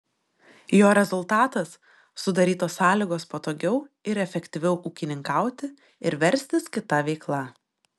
jo rezultatas sudarytos sąlygos patogiau ir efektyviau ūkininkauti ir verstis kita veikla